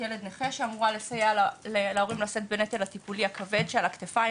ילד נכה שאמורה לסייע להורים לשאת בנטל הטיפולי הכבד שעל הכתפיים